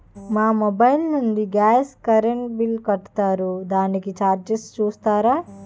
మా మొబైల్ లో నుండి గాస్, కరెన్ బిల్ కడతారు దానికి చార్జెస్ చూస్తారా?